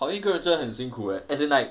讨厌一个人真的很辛苦 leh as in like